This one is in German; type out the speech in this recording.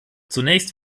zunächst